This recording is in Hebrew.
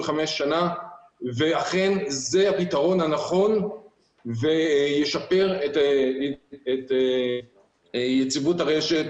שנים ואכן זה הפתרון הנכון שישפר את יציבות הרשת.